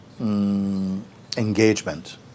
engagement